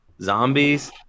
Zombies